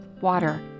water